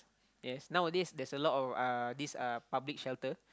yes nowadays there're a lot of uh this uh public shelter